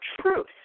truth